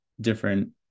different